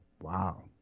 wow